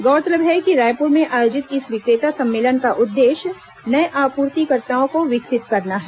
गौरतलब है कि रायपुर में आयोजित इस विक्रेता सम्मेलन का उद्देश्य नए आप्रतिकर्ताओं को विकसित करना है